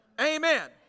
amen